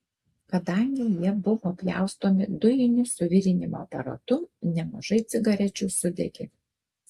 kadangi jie buvo pjaustomi dujiniu suvirinimo aparatu nemažai cigarečių sudegė